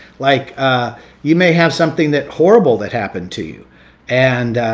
like you may have something that horrible that happened to you and